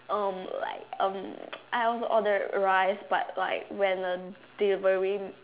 um like um I also ordered rice but like when the delivery